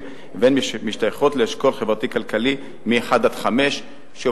והן משתייכות לאשכולות החברתיים-כלכליים 1 5. שוב,